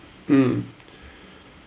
mm